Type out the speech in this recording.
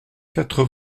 quatre